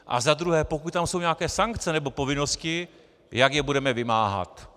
A za druhé, pokud tam jsou nějaké sankce nebo povinnosti, jak je budeme vymáhat.